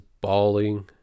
bawling